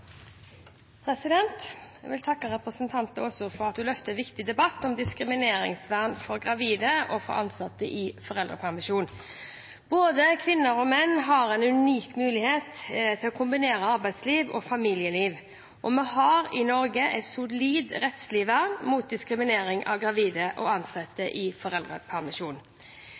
Jeg vil takke representanten Aasrud for at hun løfter en viktig debatt om diskrimineringsvernet for gravide og for ansatte i foreldrepermisjon. Både kvinner og menn har en unik mulighet til å kombinere arbeidsliv og familieliv, og vi har i Norge et solid rettslig vern mot diskriminering av gravide og